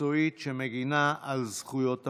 ומקצועית שמגינה על זכויות הפרט,